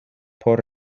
por